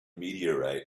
meteorite